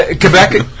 Quebec